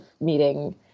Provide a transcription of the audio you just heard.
meeting